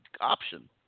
option